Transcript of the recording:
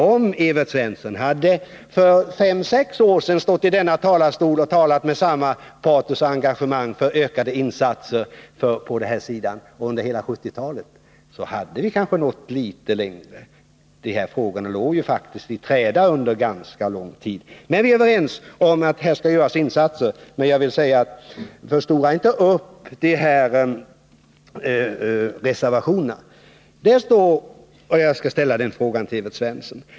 Om Evert Svensson för fem eller sex år sedan — och under hela 1970-talet — hade talat från denna talarstol med samma patos och engagemang för ökade insatser på den här sidan, så hade vi kanske nått litet längre. De här frågorna låg ju i träda under ganska lång tid. Vi är överens om att det skall göras insatser. Men förstora inte upp de här reservationerna! Jag vill ställa en fråga till Evert Svensson.